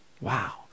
Wow